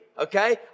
Okay